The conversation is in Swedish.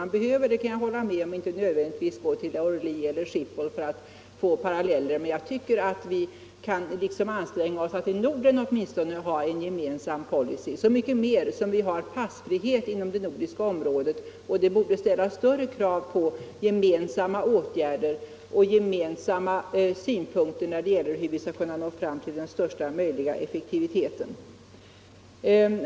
Vi behöver inte nödvändigtvis, det kan jag hålla med om, gå till Orly eller Schiphol för att få paralleller, men vi kan åtminstone anstränga oss att i Norden ha en gemensam policy —- så mycket mer som vi har passfrihet inom det nordiska området och det borde ställa större krav på gemensamma åtgärder och gemensamma synpunkter när det gäller hur vi skall kunna nå fram till den största möjliga effektiviteten.